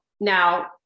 Now